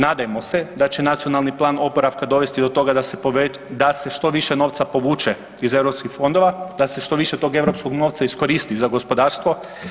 Nadajmo se da će Nacionalni plan oporavka dovesti do toga da se što više novca povuče iz europskih fondova, da se što više tog europskog novca iskoristi za gospodarstvo.